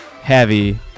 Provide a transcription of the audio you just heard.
heavy